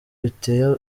biteye